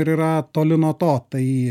ir yra toli nuo to tai